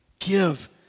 Give